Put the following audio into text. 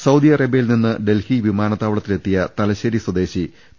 Saudi അറേബ്യയിൽ നിന്ന് ഡൽഹി വിമാനത്താവളത്തി ലെത്തിയ തലശേരി സ്വദേശി പി